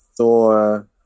Thor